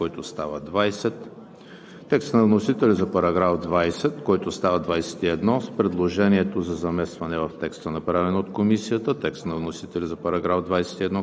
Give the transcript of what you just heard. Няма. Ще подложа на гласуване следните текстове: редакцията, предложена от Комисията за текста на § 19, който става §